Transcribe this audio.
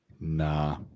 Nah